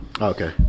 Okay